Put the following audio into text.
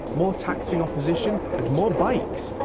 more taxing opposition and more bikes!